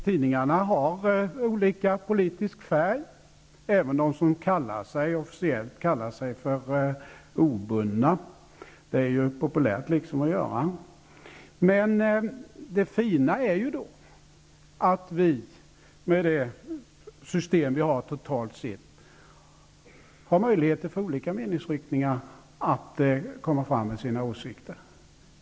Tidningarna har olika politiska färger, även de som officiellt kallar sig för obundna. Det är ju populärt att kall sig så. Det fina med det system som vi har totalt sett är att det finns möjligheter för olika meningsriktningar att komma fram med sina åsikter.